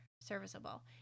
serviceable